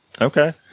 Okay